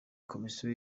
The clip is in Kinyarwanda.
komisiyo